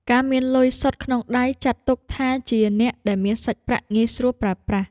ការមានលុយសុទ្ធក្នុងដៃ ចាត់ទុកថាជាអ្នកដែលមានសាច់ប្រាក់ងាយស្រួលប្រើប្រាស់។